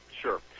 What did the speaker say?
Sure